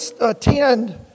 attend